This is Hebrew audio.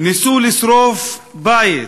ניסו לשרוף בית